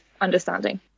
understanding